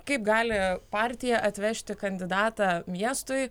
kaip gali partija atvežti kandidatą miestui